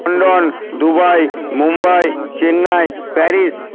London Dubai Mumbai Chennai Paris